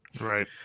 right